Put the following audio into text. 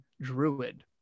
druid